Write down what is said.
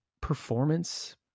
performance